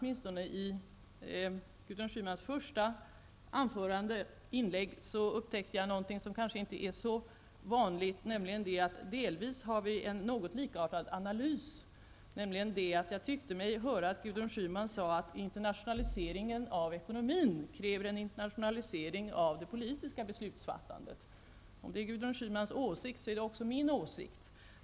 I Gudrun Schymans inlägg upptäckte jag något som kanske inte är så vanligt, nämligen att hon och jag delvis har en något likartad analys. Jag tyckte mig nämligen höra att Gudrun Schyman sade att internationaliseringen av ekonomin kräver en internationalisering av det politiska beslutsfattandet. Detta är också min åsikt.